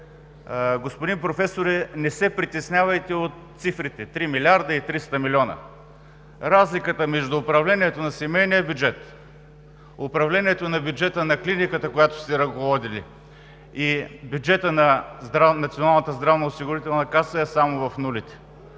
Господин Професоре, не се притеснявайте от цифрите – 3 млрд. 300 млн. лв. Разликата между управлението на семейния бюджет, управлението на бюджета на клиниката, която сте ръководили, и бюджета на Националната здравноосигурителна каса е само в нулите.